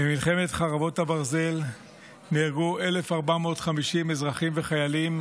במלחמת חרבות ברזל נהרגו 1,450 אזרחים וחיילים,